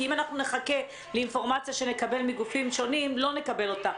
כי אם נחכה לאינפורמציה שנקבל מגופים שונים לא נקבל אותה.